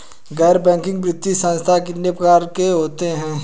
गैर बैंकिंग वित्तीय संस्थान कितने प्रकार के होते हैं?